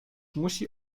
musi